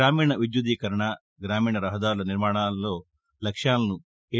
గ్రామీణ విద్యుద్దీకరణ గ్రామీణ రహదారుల నిర్మాణంలో లక్ష్యాలను ఎన్